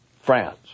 France